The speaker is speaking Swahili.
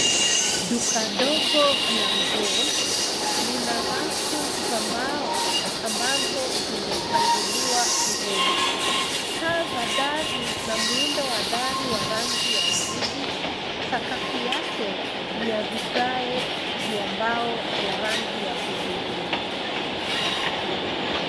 Duka dogo la nguo, lina rafu za mbao, ambazo zimepangiliwa nguo. Taa za dari, na muundo wa dari wa rangi ya waridi, sakafu yake, ni ya vigae vya mbao, ya rangi ya hudhurungi.